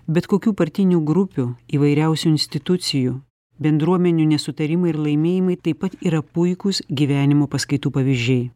bet kokių partinių grupių įvairiausių institucijų bendruomenių nesutarimai ir laimėjimai taip pat yra puikūs gyvenimo paskaitų pavyzdžiai